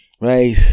right